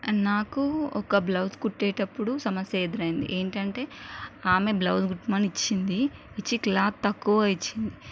నాకు ఒక బ్లౌజ్ కుట్టేటప్పుడు సమస్య ఎదురైంది ఏంటంటే ఆమె బ్లౌజ్ కుట్టమని ఇచ్చింది ఇచ్చి క్లాత్ తక్కువ ఇచ్చింది